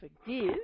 forgive